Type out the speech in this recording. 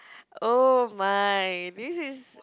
oh my this is